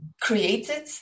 created